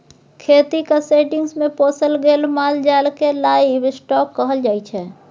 खेतीक सेटिंग्स मे पोसल गेल माल जाल केँ लाइव स्टाँक कहल जाइ छै